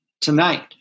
tonight